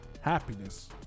Happiness